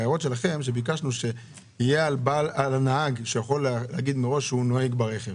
ביקשנו שהנהג יוכל להגיד מראש שהוא נוהג ברכב.